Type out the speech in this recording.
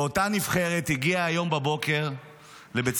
ואותה נבחרת הגיעה היום בבוקר לבית